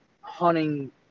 hunting